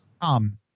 Tom